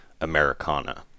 Americana